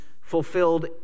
fulfilled